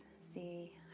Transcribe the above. see